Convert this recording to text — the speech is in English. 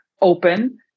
open